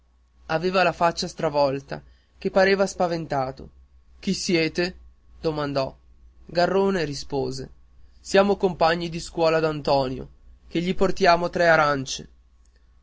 aveva la faccia stravolta che pareva spaventato chi siete domandò garrone rispose siamo compagni di scuola d'antonio che gli portiamo tre arancie